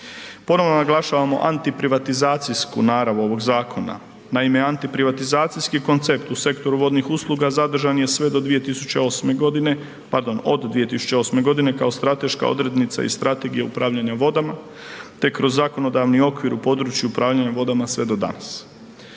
Ponovo naglašavamo anti privatizacijsku narav ovog zakona. Naime, anti privatizacijski koncept u sektoru vodnih usluga zadržan je sve do 2008.g., pardon, od 2008.g. kao strateška odrednica i strategije upravljanja vodama, te kroz zakonodavni okvir u području upravljanja vodama sve do danas.